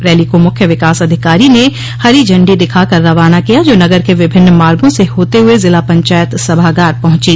rally को मुख्य विकास अधिकारी ने हरी झंडी दिखाकर रवाना किया गया जो नगर के विभिन्न मार्गो से होते हए जिला पचायत सभागार पहुंची